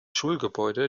schulgebäude